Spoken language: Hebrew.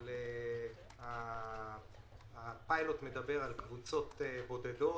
אבל הפיילוט מדבר על קבוצות בודדות,